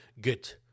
good